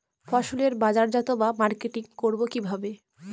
ফসলের বাজারজাত বা মার্কেটিং করব কিভাবে?